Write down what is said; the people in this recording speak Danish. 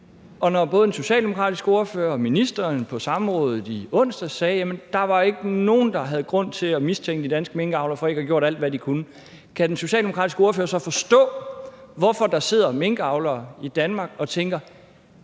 Men når både den socialdemokratiske ordfører og ministeren på samrådet i onsdags sagde, at der ikke var nogen, der havde grund til at mistænke de danske minkavlere for ikke at havde gjort alt, hvad de kunne, kan den socialdemokratiske ordfører så forstå, hvorfor der sidder minkavlere i Danmark og tænker: